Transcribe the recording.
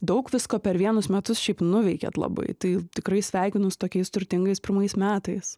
daug visko per vienus metus šiaip nuveikėt labai tai tikrai sveikinu su tokiais turtingais pirmais metais